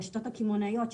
הרשתות הקמעונאיות,